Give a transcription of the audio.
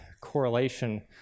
correlation